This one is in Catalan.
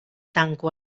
tanco